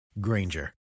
Granger